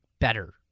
better